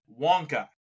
Wonka